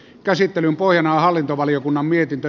käsittelyn hallintovaliokunnan mietintö